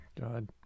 God